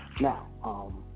Now